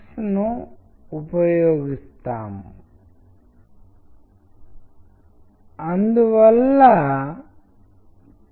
కొన్ని కార్యకలాపాలు మిమ్మల్ని ఉత్తేజపరుస్తాయి మీకు ఆసక్తిని కలిగిస్తాయి మరియు చర్చా వేదికపై సమూహ చర్చలకు దారితీస్తాయి